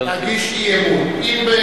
העובדים,